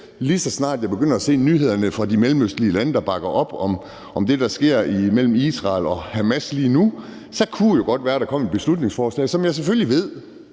lige så snart jeg begynder at se nyhederne fra de mellemøstlige lande bakke op om det, der sker mellem Israel og Hamas lige nu. Så kunne det godt være, at der kom et beslutningsforslag, som jeg selvfølgelig ved